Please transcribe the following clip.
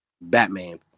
Batman